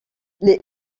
les